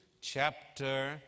chapter